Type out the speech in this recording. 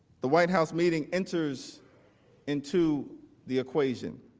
the white house meeting enters into the equation.